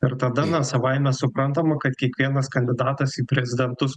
ir tada na savaime suprantama kad kiekvienas kandidatas į prezidentus